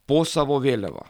po savo vėliava